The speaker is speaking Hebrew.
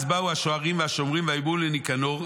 אז באו השוערים והשומרים ויאמרו לניקנור: